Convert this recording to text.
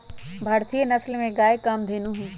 भारतीय नसल में गाय कामधेनु हई